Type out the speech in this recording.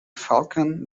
falcon